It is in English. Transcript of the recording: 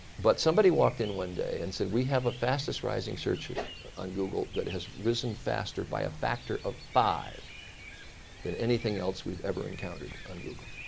but somebody walked in one day and said, we have a fastest rising search on google that has risen faster by a factor of five than anything else we've ever encountered on google.